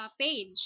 page